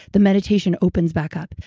the meditation opens back up.